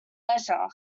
leisure